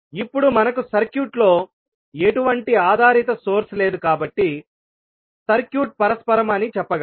ఇప్పుడు మనకు సర్క్యూట్లో ఎటువంటి ఆధారిత సోర్స్ లేదు కాబట్టి సర్క్యూట్ పరస్పరం అని చెప్పగలం